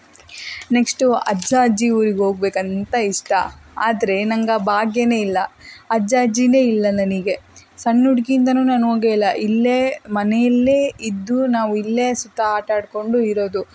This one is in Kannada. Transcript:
ನೆಕ್ಸ್ಟು ಅಜ್ಜ ಅಜ್ಜಿ ಊರಿಗೆ ಹೋಗ್ಬೇಕ್ ಅಂತ ಇಷ್ಟ ಆದರೆ ನನಗ್ ಆ ಭಾಗ್ಯನೇ ಇಲ್ಲ ಅಜ್ಜ ಅಜ್ಜಿನೆ ಇಲ್ಲ ನನಗೆ ಸಣ್ಣ ಹುಡ್ಗಿಯಿಂದನು ನಾನು ಹೋಗೇ ಇಲ್ಲ ಇಲ್ಲೇ ಮನೆಯಲ್ಲೇ ಇದ್ದು ನಾವು ಇಲ್ಲೇ ಸುತ್ತ ಆಟಾಡಿಕೊಂಡು ಇರೋದು